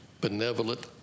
benevolent